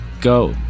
Go